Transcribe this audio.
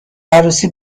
عروسی